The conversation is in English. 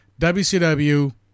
WCW